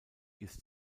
ist